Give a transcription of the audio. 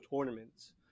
tournaments